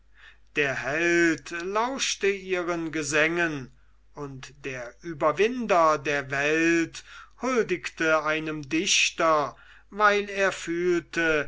der held lauschte ihren gesängen und der überwinder der welt huldigte einem dichter weil er fühlte